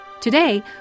Today